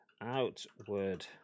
Outward